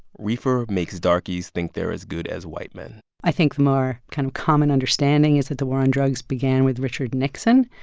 reefer makes darkies think they're as good as white men. i think the more kind of common understanding is that the war on drugs began with richard nixon.